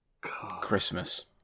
Christmas